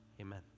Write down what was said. amen